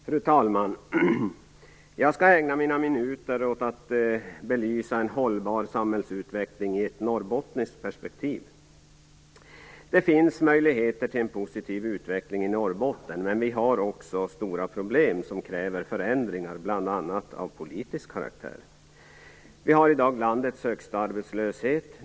Fru talman! Jag skall ägna mina minuter till att belysa en hållbar samhällsutveckling i ett norrbottniskt perspektiv. Det finns möjligheter till en positiv utveckling i Norrbotten, men vi har också stora problem som kräver förändringar av bl.a. politisk karaktär. Vi har i dag landets högsta arbetslöshet.